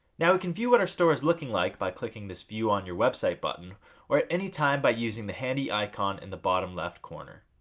now, we can view what our store is looking like by clicking this view on your website button or at any time by using the handy icon in the bottom left corner.